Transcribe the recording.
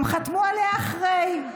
הם חתמו עליה אחרי.